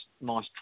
nice